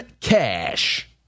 cash